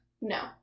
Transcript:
No